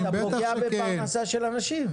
אתה פוגע בפרנסה של אנשים.